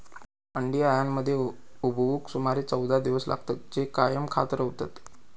अंडी अळ्यांमध्ये उबवूक सुमारे चौदा दिवस लागतत, जे कायम खात रवतत